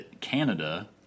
Canada